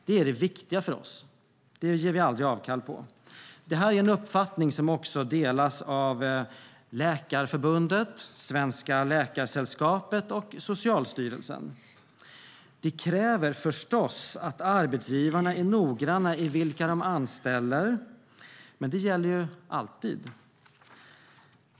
Det är det viktiga för oss, och det gör vi aldrig avkall på. Det här är en uppfattning som också delas av Läkarförbundet, Svenska Läkaresällskapet och Socialstyrelsen. Det kräver förstås att arbetsgivarna är noggranna i vilka de anställer - men det gäller ju alltid.